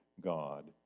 God